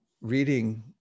reading